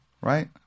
right